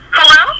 Hello